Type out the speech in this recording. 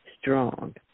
strong